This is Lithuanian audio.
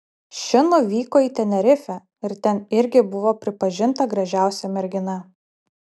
ši nuvyko į tenerifę ir ten irgi buvo pripažinta gražiausia mergina